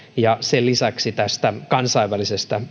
ja sen lisäksi tästä kansainvälisestä